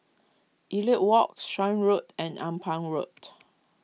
Elliot Walk Shan Road and Ampang Walked